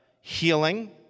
healing